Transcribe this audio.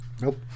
Nope